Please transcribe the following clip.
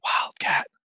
Wildcat